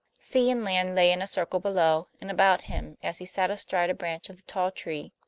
sea and land lay in a circle below and about him, as he sat astride a branch of the tall tree